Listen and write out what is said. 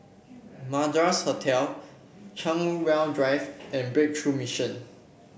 Madras Hotel Chartwell Drive and Breakthrough Mission